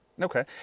Okay